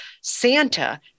Santa